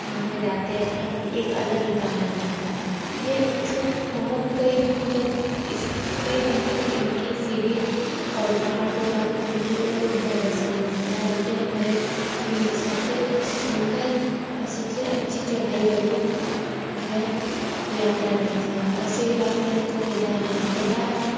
वहाँ पे जाते हैं वहाँ की एक अलग ही कहानी है ये इसको बहुत कई दिन तक इस कई दिन तक इनकी सीढ़ी और पहाड़ को पार करने पे तो इनका दर्शन मिलता है और यह हमारे जीवन की सबसे सुंदर और सबसे अच्छी चढ़ाई वाली जो है यात्रा रहती है ऐसे ही बात किया जाय तो केदारनाथ केदारनाथ